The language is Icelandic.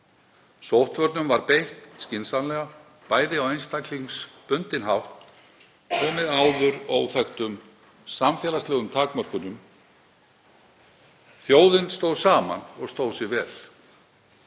Sóttvörnum var beitt skynsamlega, bæði á einstaklingsbundinn hátt og með áður óþekktum samfélagslegum takmörkunum. Þjóðin stóð saman og stóð sig vel.